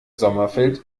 sommerfeld